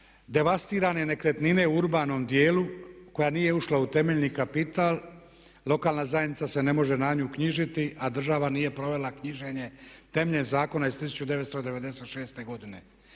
devastirane nekretnine u urbanom dijelu koja nije ušla u temeljni kapital lokalna zajednica se ne može na nju uknjižiti a država nije provela knjiženje temeljem Zakona iz 1996. godine.